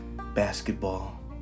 basketball